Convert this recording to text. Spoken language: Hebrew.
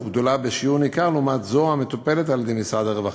גדולה בשיעור ניכר מזו המטופלת על-ידי משרד הרווחה.